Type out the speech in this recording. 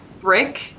brick